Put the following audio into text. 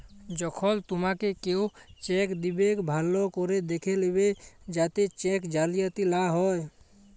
যখল তুমাকে কেও চ্যাক দিবেক ভাল্য ক্যরে দ্যাখে লিবে যাতে চ্যাক জালিয়াতি লা হ্যয়